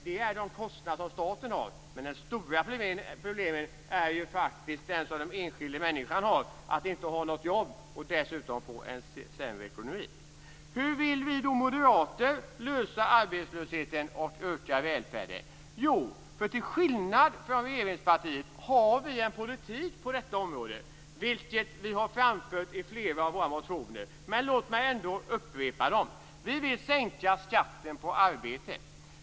Det är de kostnader som staten har, men de största problemen har faktiskt den enskilda människan som inte har något jobb och som dessutom får en sämre ekonomi. Hur vill då vi moderater lösa arbetslösheten och öka välfärden? Till skillnad från regeringspartiet har vi en politik på detta område, vilket vi har framfört i flera av våra motioner. Låt mig ändå upprepa den. Vi vill sänka skatten på arbete.